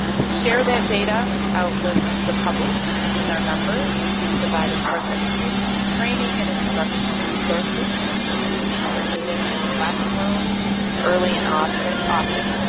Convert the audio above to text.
we share that data out with the public and with our members. we provide, of course, education and training and instructional resources so that we can get data into the classroom early and often.